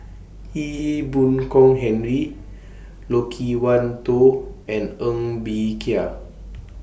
Ee Boon Kong Henry Loke Wan Tho and Ng Bee Kia